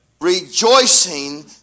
rejoicing